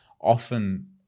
often